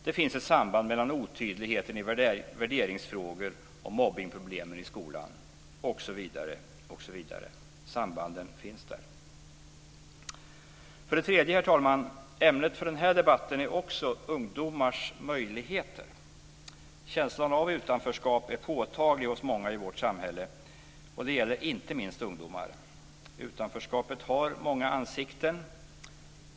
Det finns ett samband mellan otydligheten i värderingsfrågor och mobbningsproblemen i skolan, osv. För det tredje, herr talman: Ämnet för den här debatten är också ungdomars möjligheter. Känslan av utanförskap är påtaglig hos många i vårt samhälle, och det gäller inte minst ungdomar. Utanförskapet har många ansikten.